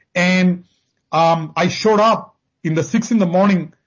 and um i showed up in the six in the morning,